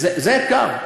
זה אתגר.